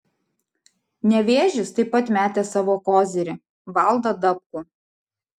nevėžis taip pat metė savo kozirį valdą dabkų